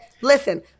Listen